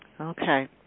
Okay